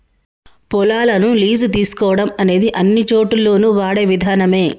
పొలాలను లీజు తీసుకోవడం అనేది అన్నిచోటుల్లోను వాడే విధానమే